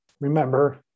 remember